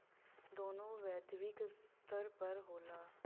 दोनों वैश्विक स्तर पर होला